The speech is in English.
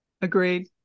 Agreed